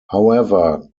however